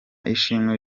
ishimwe